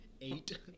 Eight